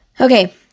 Okay